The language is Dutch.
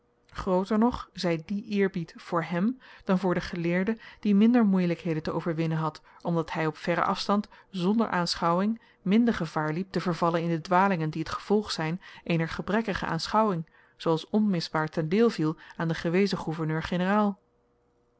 grooter nog zy die eerbied voor hem dan voor den geleerde die minder moeielykheden te overwinnen had omdat hy op verren afstand zonder aanschouwing minder gevaar liep te vervallen in de dwalingen die t gevolg zyn eener gebrekkige aanschouwing zooals onmisbaar ten deel viel aan den gewezen